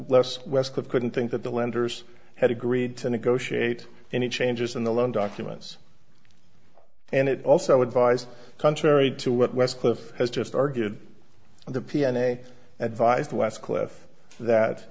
less west could couldn't think that the lenders had agreed to negotiate any changes in the loan documents and it also advised contrary to what westcliff has just argued the p m a advised westcliff that